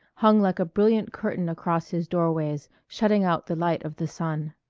hung like a brilliant curtain across his doorways, shutting out the light of the sun.